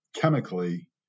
chemically